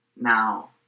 now